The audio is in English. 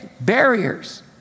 barriers